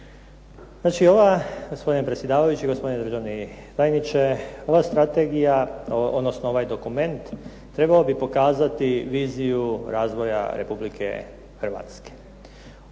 završiti. Gospodine predsjedavajući, gospodine državni tajniče. Ova strategija odnosno ovaj dokument trebao bi pokazati viziju razvoja Republike Hrvatske.